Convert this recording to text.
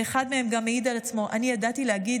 ואחד מהם גם העיד על עצמו: אני ידעתי להגיד